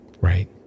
Right